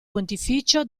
pontificio